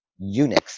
Unix